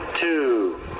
two